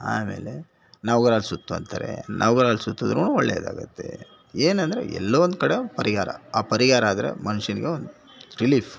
ಆಮೇಲೆ ನವಗ್ರಹ ಸುತ್ತು ಅಂತಾರೆ ನವಗ್ರಹಲ್ ಸುತ್ತುದ್ರು ಒಳ್ಳೇದಾಗತ್ತೆ ಏನಂದರೆ ಎಲ್ಲೋ ಒಂದು ಕಡೆ ಪರಿಹಾರ ಆ ಪರಿಹಾರ ಆದರೆ ಮನ್ಷನ್ಗೆ ಒಂದು ರಿಲೀಫ್